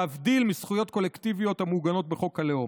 להבדיל מזכויות קולקטיביות המעוגנות בחוק הלאום.